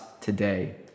today